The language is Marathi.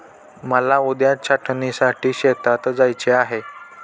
मला उद्या छाटणीसाठी शेतात जायचे आहे